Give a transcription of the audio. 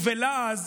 ובלעז,